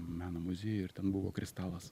meno muziejuj ir ten buvo kristalas